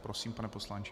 Prosím, pane poslanče.